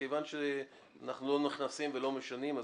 מכיוון שאנחנו לא נכנסים ולא משנים,